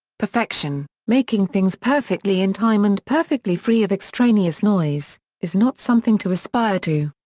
perfection, making things perfectly in time and perfectly free of extraneous noise, is not something to aspire to!